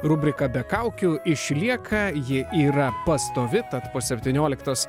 rubrika be kaukių išlieka ji yra pastovi tad po septynioliktos